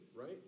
right